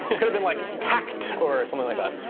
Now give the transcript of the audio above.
it could've been like hacked or something like that.